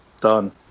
done